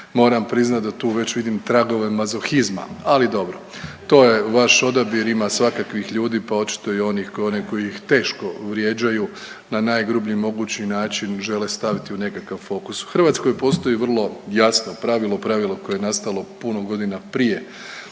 Moram priznati da tu već vidim tragove mazohizma, ali dobro. To je vaš odabir. Ima svakakvih ljudi pa očito i onih, one koji ih teško vrijeđaju na najgrublji mogući način žele staviti u nekakav fokus. U Hrvatskoj postoji vrlo jasno pravilo, pravilo koje je nastalo puno godina prije